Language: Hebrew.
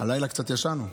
הלילה קצת ישנו.